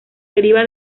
deriva